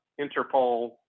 Interpol